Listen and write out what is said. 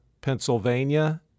Pennsylvania